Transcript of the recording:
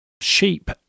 sheep